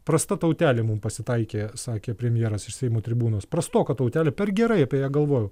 prasta tautelė mum pasitaikė sakė premjeras iš seimo tribūnos prastoka tautelė per gerai apie ją galvojau